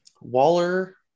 Waller